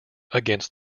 against